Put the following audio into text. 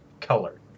color